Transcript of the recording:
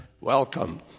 welcome